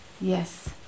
yes